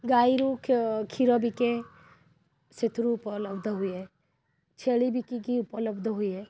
ଗାଈରୁ କ୍ଷୀର ବିକେ ସେଥିରୁ ଉପଲବ୍ଧ ହୁଏ ଛେଳି ବିକିକରି ଉପଲବ୍ଧ ହୁଏ